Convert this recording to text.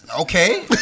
Okay